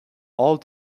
all